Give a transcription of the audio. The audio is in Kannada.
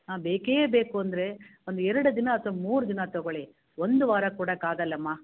ಹಾಂ ಬೇಕೇ ಬೇಕು ಅಂದರೆ ಒಂದು ಎರಡು ದಿನ ಅಥವಾ ಮೂರು ದಿನ ತಗೋಳ್ಳಿ ಒಂದು ವಾರ ಕೊಡಕ್ಕೆ ಆಗಲ್ಲಮ್ಮ